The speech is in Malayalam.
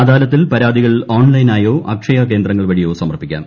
അദാലത്തിൽ പരാതികൾ ഓൺലൈനായോ അക്ഷയ കേന്ദ്രങ്ങൾ വഴിയോ സമർപ്പിക്കാം